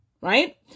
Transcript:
right